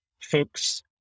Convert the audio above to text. Folks